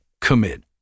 Commit